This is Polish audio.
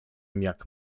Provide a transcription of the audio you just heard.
jak